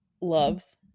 loves